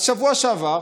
אז בשבוע שעבר